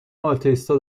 آتئیستا